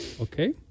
Okay